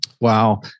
Wow